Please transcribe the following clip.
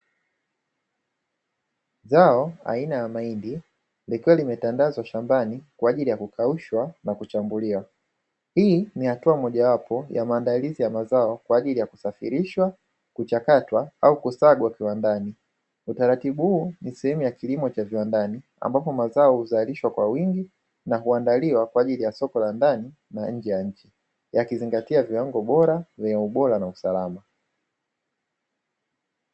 Zao aina ya mahindi likiwa limetandazwa shambani kwa ajili ya kukaushwa na kuchambuliwa. Hii ni hatua mojawapo ya maandalizi ya mazao kwa ajili ya kusafirishwa, kuchakatwa au kusagwa kiwandani. Utaratibu huu ni sehemu ya kilimo cha viwandani, ambapo mazao huzalishwa kwa wingi na kuandaliwa kwa ajili ya soko la ndani na nje ya nchi, yakizingatia viwango bora vyenye ubora na usalama.